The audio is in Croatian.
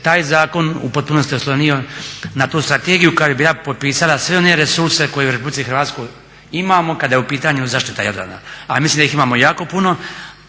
taj zakon u potpunosti oslonio na tu strategiju koja bi potpisala sve one resurse koje u RH imamo kada je u pitanju zaštita Jadrana. A mislim da ih imamo jako puno,